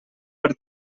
per